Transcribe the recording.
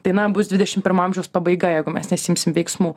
tai na bus dvidešimt pirmo amžiaus pabaiga jeigu mes nesiimsim veiksmų